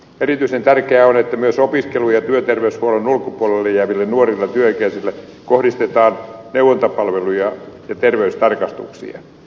erityisen tärkeää on että myös opiskelu ja työterveyshuollon ulkopuolelle jääville nuorille ja työikäisille kohdistetaan neuvontapalveluja ja terveystarkastuksia